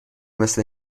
مثل